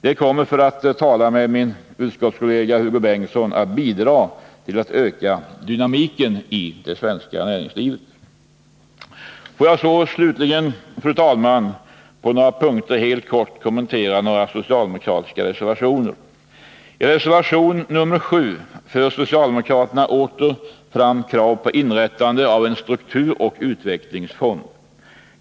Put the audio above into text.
Det kommer, för att tala med min utskottskollega Hugo Bengtsson, att bidra till att öka dynamiken i det svenska näringslivet. Låt mig så slutligen, fru talman, kommentera några socialdemokratiska reservationer. I reservation 7 för socialdemokraterna åter fram krav på inrättande av en strukturoch utvecklingsfond.